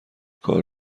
کار